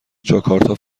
جاکارتا